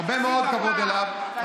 הרבה מאוד כבוד אליו,